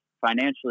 financially